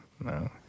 No